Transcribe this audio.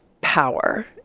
power